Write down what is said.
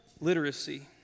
literacy